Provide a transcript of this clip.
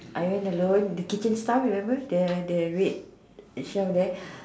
I mean alone the kitchen staff remember the the red chef there